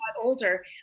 older